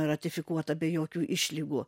ratifikuota be jokių išlygų